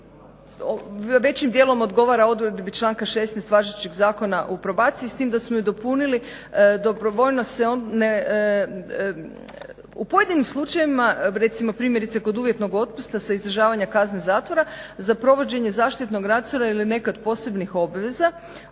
većim dijelom odgovara odredbi članka 16.važećeg zakona o probaciji s tim da smo ju nadopunili dobrovoljnost u pojedinim slučajevima recimo primjerice kod uvjetnog otpusta sa izdržavanja kazne zatvora za provođenje zaštitnog nadzora ili nekad posebnih obveza